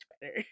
better